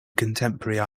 contemporary